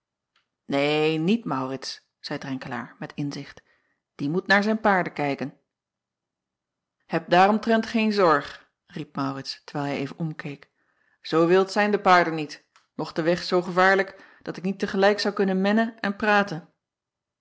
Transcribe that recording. een niet aurits zeî renkelaer met inzicht die moet naar zijn paarden kijken eb daaromtrent geen zorg riep aurits terwijl hij even omkeek zoo wild zijn de paarden niet noch de weg zoo gevaarlijk dat ik niet te gelijk zou kunnen mennen en praten